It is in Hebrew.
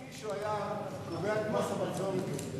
אם מישהו היה קובע את מס הבצורת הזה